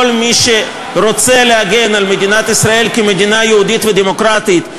כל מי שרוצה להגן על מדינת ישראל כמדינה יהודית ודמוקרטית,